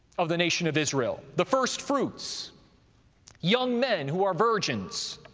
of the nation of israel, the firstfruits, young men who are virgins,